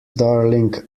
darling